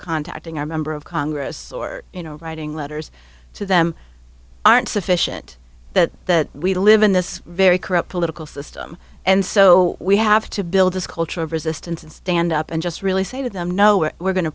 contacting our member of congress or you know writing letters to them aren't sufficient that we live in this very corrupt political system and so we have to build this culture of resistance and stand up and just really say to them no we're we're going to